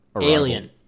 Alien